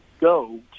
go